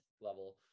level